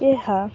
ଏହା